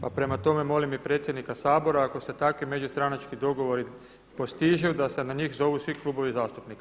Pa prema tome molim i predsjednika Sabora ako se takvi međustranački dogovori postižu da se na njih zovu svi klubovi zastupnika.